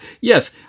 Yes